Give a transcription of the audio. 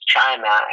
China